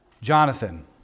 Jonathan